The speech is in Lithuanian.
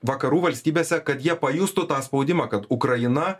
vakarų valstybėse kad jie pajustų tą spaudimą kad ukraina